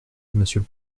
monsieur